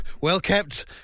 well-kept